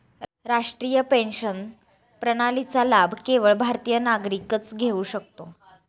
राष्ट्रीय पेन्शन प्रणालीचा लाभ केवळ भारतीय नागरिकच घेऊ शकतो